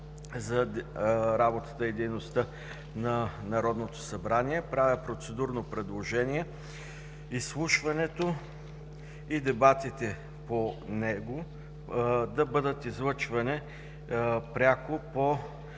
за организацията и дейността на Народното събрание, правя процедурно предложение – изслушването и дебатите по него да бъдат излъчвани пряко по